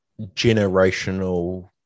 generational